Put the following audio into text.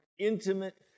intimate